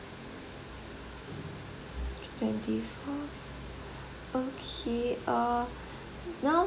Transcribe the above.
twenty fourth okay err now